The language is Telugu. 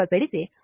i 2